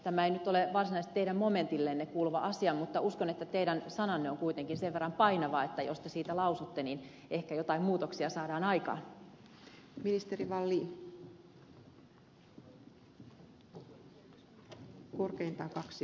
tämä ei nyt ole varsinaisesti teidän momentillenne kuuluva asia mutta uskon että teidän sananne on kuitenkin sen verran painava että jos te siitä lausutte niin ehkä jotain muutoksia saadaan aikaan